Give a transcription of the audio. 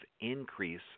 increase